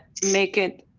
make it.